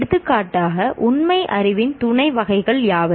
எடுத்துக்காட்டாக உண்மை அறிவின் துணை வகைகள் யாவை